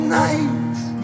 nights